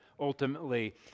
ultimately